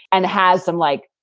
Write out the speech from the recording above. and has some, like,